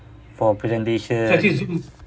for presentation